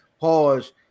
pause